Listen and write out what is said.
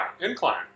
incline